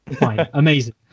Amazing